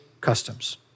customs